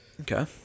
Okay